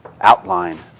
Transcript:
outline